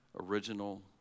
original